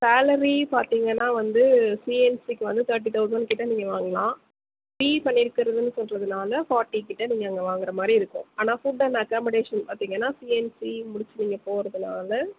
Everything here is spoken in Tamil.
சேலரி பார்த்திங்கன்னா வந்து சிஎன்சிக்கு வந்து தேர்ட்டி தௌசண்ட் கிட்டே நீங்கள் வாங்கலாம் பிஇ பண்ணியிருக்கிறதுன்னு சொல்கிறதுனால ஃபார்ட்டிக்கிட்டே நீங்கள் இங்கே வாங்கிற மாதிரி இருக்கும் ஆனால் ஃபுட் அண்ட் அக்கம்மோடேஷன் பார்த்திங்கன்னா சிஎன்சி முடிச்சு நீங்கள் போகிறதுனால